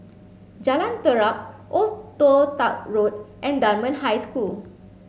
Jalan Terap Old Toh Tuck Road and Dunman High School